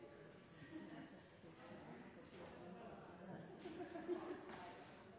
altså